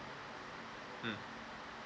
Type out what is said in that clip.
mm